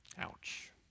Ouch